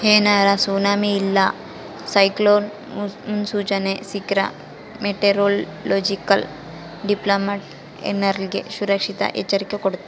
ಏನಾರ ಸುನಾಮಿ ಇಲ್ಲ ಸೈಕ್ಲೋನ್ ಮುನ್ಸೂಚನೆ ಸಿಕ್ರ್ಕ ಮೆಟೆರೊಲೊಜಿಕಲ್ ಡಿಪಾರ್ಟ್ಮೆಂಟ್ನ ಎಲ್ಲರ್ಗೆ ಹುಷಾರಿರಾಕ ಎಚ್ಚರಿಕೆ ಕೊಡ್ತತೆ